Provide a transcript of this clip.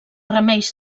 remeis